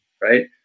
right